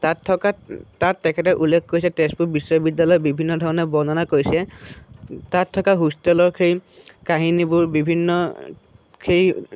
তাত থকা তাত তেখেতে উল্লেখ কৰিছে তেজপুৰ বিশ্ববিদ্যালয়ৰ বিভিন্ন ধঅণে বৰ্ণনা কৰিছে তাত থকা হোষ্টেলৰ সেই কাহিনীবোৰ বিভিন্ন সেই